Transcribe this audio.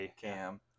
Cam